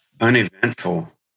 uneventful